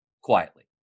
quietly